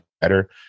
better